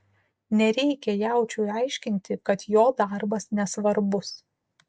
nereikia jaučiui aiškinti kad jo darbas nesvarbus